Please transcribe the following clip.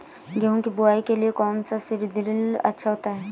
गेहूँ की बुवाई के लिए कौन सा सीद्रिल अच्छा होता है?